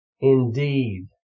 indeed